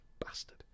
Bastard